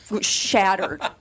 shattered